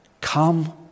Come